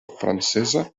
francesa